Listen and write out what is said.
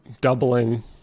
doubling